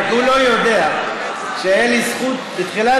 רק הוא לא יודע שהייתה לי הזכות בתחילת